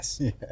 Yes